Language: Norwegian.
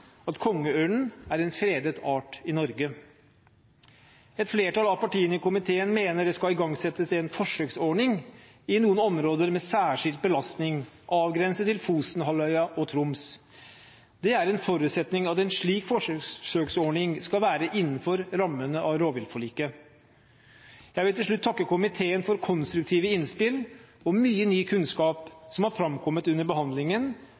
at kongeørnen er en fredet art i Norge. Et flertall av partiene i komiteen mener det skal igangsettes en forsøksordning i noen områder med særskilt belastning, avgrenset til Fosenhalvøya og Troms. Det er en forutsetning at en slik forsøksordning skal være innenfor rammene av rovviltforliket. Jeg vil til slutt takke komiteen for konstruktive innspill og mye ny kunnskap som har framkommet under behandlingen,